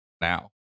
now